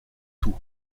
tout